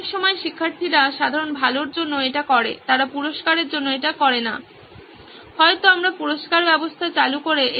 অনেক সময় শিক্ষার্থীরা সাধারণ ভালোর জন্য এটি করে তারা পুরষ্কারের জন্য এটা করে না হয়তো আমরা পুরষ্কার ব্যবস্থা চালু করে এই সিস্টেমটিকে জটিল করে তুলছি